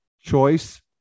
choice